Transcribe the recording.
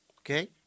Okay